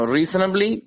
Reasonably